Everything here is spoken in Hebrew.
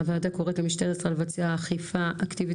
הוועדה קוראת למשטרת ישראל לבצע אכיפה אקטיבית